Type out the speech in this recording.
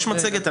יש לנו מצגת.